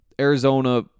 Arizona